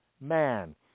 man